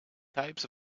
types